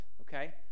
okay